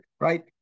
right